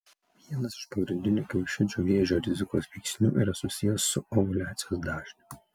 vienas iš pagrindinių kiaušidžių vėžio rizikos veiksnių yra susijęs su ovuliacijos dažniu